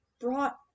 brought